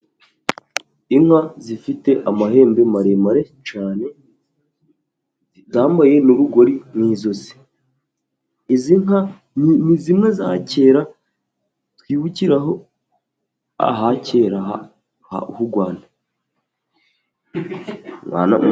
Inka zifite amahembe maremare cyane, zitambaye n'urugori mu ijosi. Izi nka ni zimwe za kera twibukiraho ahakera h'u Rwanda.